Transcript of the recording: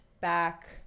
back